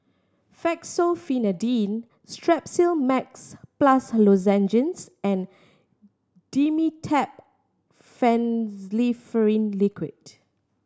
Fexofenadine Strepsil Max Plus Lozenges and Dimetapp Phenylephrine Liquid